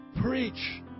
Preach